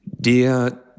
Dear